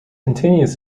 continues